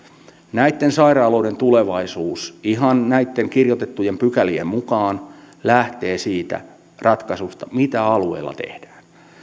näitten sairaaloiden tulevaisuus ihan näitten kirjoitettujen pykälien mukaan lähtee siitä ratkaisusta mitä alueella tehdään